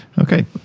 Okay